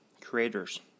creators